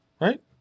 right